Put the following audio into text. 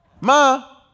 ma